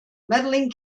medaling